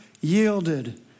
yielded